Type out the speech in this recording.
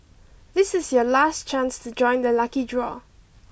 this is your last chance to join the lucky draw